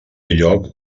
lloc